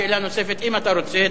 שאלה נוספת, אם אתה רוצה.